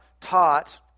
taught